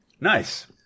Nice